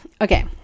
Okay